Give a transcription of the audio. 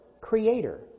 Creator